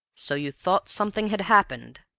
so you thought something had happened?